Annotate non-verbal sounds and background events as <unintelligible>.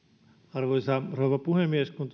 arvoisa rouva puhemies kun <unintelligible>